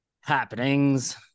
happenings